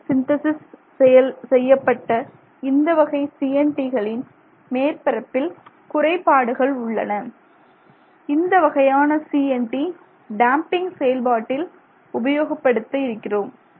CVD synthesis செய்யப்பட்ட இந்த வகை CNT களின் மேற்பரப்பில் குறைபாடுகள் உள்ளன இந்தவகையான CNT டேம்பிங் செயல்பாட்டில் உபயோகப்படுத்த இருக்கிறோம்